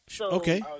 Okay